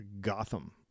Gotham